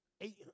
Eight